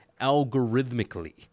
algorithmically